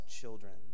children